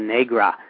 Negra